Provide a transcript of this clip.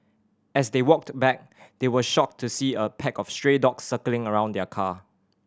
as they walked back they were shocked to see a pack of stray dog circling around their car